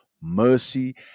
mercy